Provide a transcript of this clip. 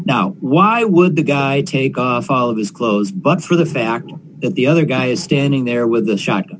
now why would the guy take off all of his clothes but for the fact that the other guy is standing there with a shot